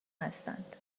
هستند